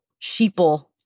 sheeple